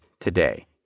today